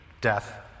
death